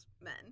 men